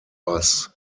bus